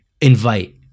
invite